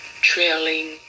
trailing